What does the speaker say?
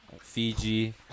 fiji